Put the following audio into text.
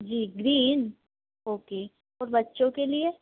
जी green okay और बच्चों के लिए